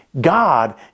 God